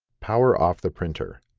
power off the printer.